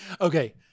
okay